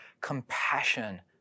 compassion